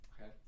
Okay